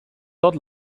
tot